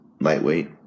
lightweight